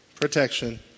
Protection